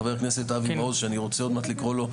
חבר הכנסת אבי מעוז שאני רוצה עוד מעט לקרוא לו,